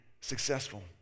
successful